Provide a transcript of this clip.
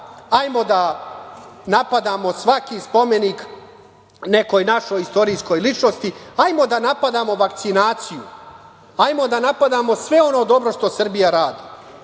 ajmo da napadamo svaki spomenik nekoj našoj istorijskoj ličnosti, ajmo da napadamo vakcinaciju, ajmo da napadamo sve ono dobro što Srbija